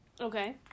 Okay